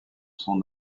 son